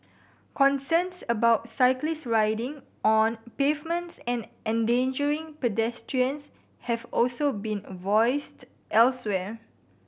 concerns about cyclists riding on pavements and endangering pedestrians have also been voiced elsewhere